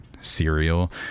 cereal